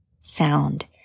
sound